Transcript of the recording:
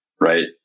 right